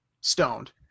stoned